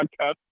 podcast